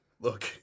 Look